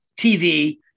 TV